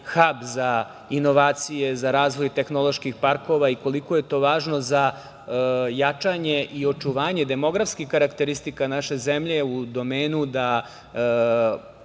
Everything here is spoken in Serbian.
hab za inovacije, za razvoj tehnoloških parkova i koliko je to važno za jačanje i očuvanje demografskih karakteristika naše zemlje u domenu da